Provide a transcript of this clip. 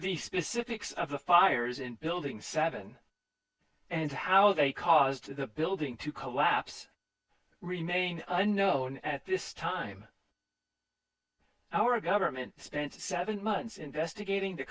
specifics of the fires in building seven and how they caused the building to collapse remain unknown at this time our government spent seven months investigating t